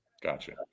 Gotcha